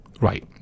Right